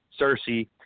Cersei